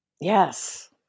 yes